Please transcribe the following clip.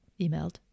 emailed